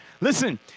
Listen